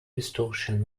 distortion